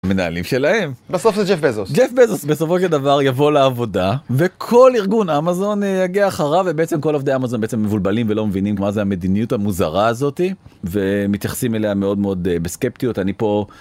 מנהלים שלהם בסוף זה ג׳ף בזוס, ג׳ף בזוס בסופו של דבר יבוא לעבודה וכל ארגון אמזון יגיע אחריו ובעצם כל עובדי אמזון בעצם מבולבלים ולא מבינים מה זה המדיניות המוזרה הזאתי. ומתייחסים אליה מאוד מאוד בסקפטיות, אני פה...